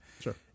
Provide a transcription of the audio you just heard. sure